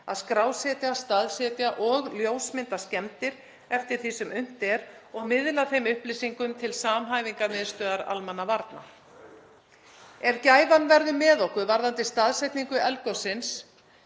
að skrásetja, staðsetja og ljósmynda skemmdir eftir því sem unnt er og miðla þeim upplýsingum til samhæfingarmiðstöðvar almannavarna. Ef gæfan verður með okkur varðandi staðsetningu eldgossins